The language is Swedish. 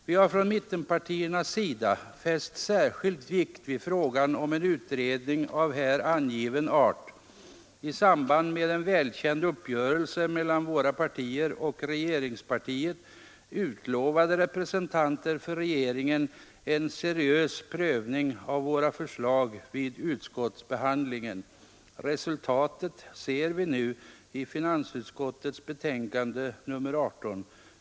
Vi har från mittenpartiernas sida fäst särskild vikt vid frågan om en utredning av här angiven art. I samband med en välkänd uppgörelse mellan våra partier och regeringspartiet utlovade representanter för regeringen en seriös prövning av våra förslag vid utskottsbehandlingen. Resultatet ser vi nu i finansutskottets betänkande nr 18.